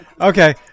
Okay